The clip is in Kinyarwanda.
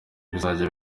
bizajya